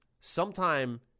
sometime